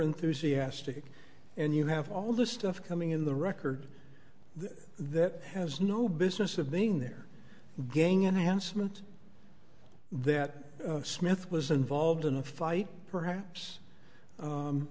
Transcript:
overenthusiastic and you have all this stuff coming in the record that has no business of being there gang enhancement that smith was involved in a fight perhaps